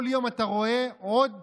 כל יום אתה רואה עוד פגיעה,